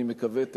אני מקווה,